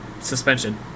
suspension